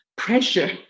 Pressure